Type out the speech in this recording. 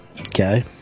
Okay